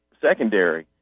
secondary